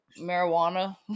marijuana